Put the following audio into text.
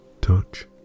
touch